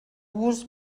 vos